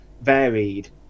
varied